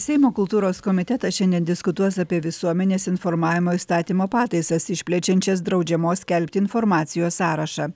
seimo kultūros komitetas šiandien diskutuos apie visuomenės informavimo įstatymo pataisas išplečiančias draudžiamos skelbti informacijos sąrašą